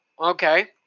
Okay